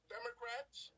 Democrats